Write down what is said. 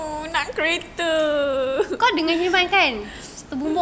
kau dengan himan kan